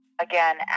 again